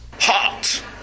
hot